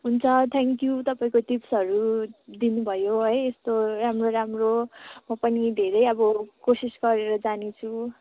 हुन्छ थ्याङ्क्यु तपाईँको टिप्सहरू दिनुभयो है यस्तो राम्रो राम्रो म पनि धेरै अब कोसिस गरेर जानेछु